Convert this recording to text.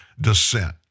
descent